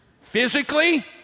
physically